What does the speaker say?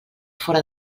fóra